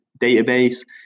database